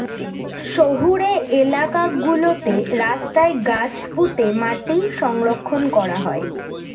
শহুরে এলাকা গুলোতে রাস্তায় গাছ পুঁতে মাটি সংরক্ষণ করা হয়